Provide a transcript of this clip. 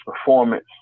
performance